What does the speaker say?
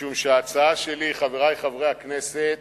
משום שההצעה שלי, חברי חברי הכנסת,